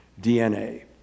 DNA